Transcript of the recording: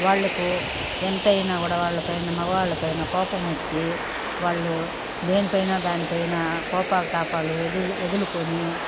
వాళ్లకు ఎంతైనా కూడా వాళ్లపైన మగవాళ్ళ పైన కోపంవచ్చి వాళ్ళు దేనిపైనా దానిపైన కోపాలు తాపాలు వదులుకొని